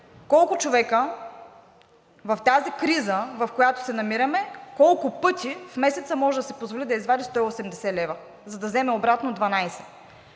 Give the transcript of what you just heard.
Колко човека в тази криза, в която се намираме, колко пъти в месеца могат да си позволят да извадят 180 лв., за да вземат обратно 12